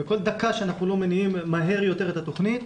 וכל דקה שאנחנו לא מניעים מהר יותר את התוכנית,